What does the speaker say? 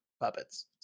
puppets